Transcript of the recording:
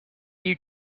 you